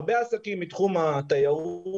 הרבה עסקים מתחום התיירות,